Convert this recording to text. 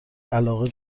علاقه